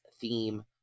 theme